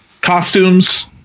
costumes